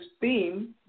theme